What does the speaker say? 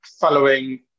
following